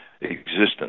existence